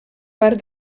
part